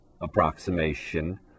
approximation